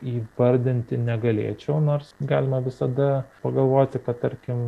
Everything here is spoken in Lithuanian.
įvardinti negalėčiau nors galima visada pagalvoti kad tarkim